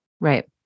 right